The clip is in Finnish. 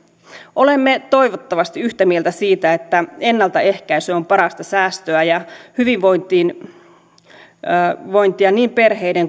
olemme toivottavasti yhtä mieltä siitä että ennaltaehkäisy on parasta säästöä ja hyvinvointia niin perheiden